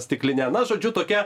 stikline na žodžiu tokia